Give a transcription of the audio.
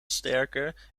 sterker